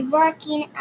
working